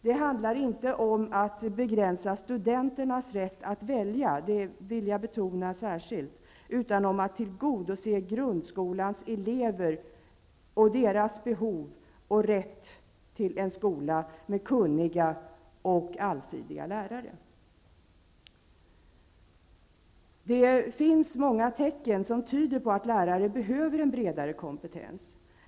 Det handlar inte om att begränsa studenternas rätt att välja, det vill jag betona särskilt, utan om att tillgodose grundskolans elevers behov av och rätt till en skola med kunniga och allsidiga lärare. Det finns många tecken som tyder på att lärare behöver en bredare kompetens.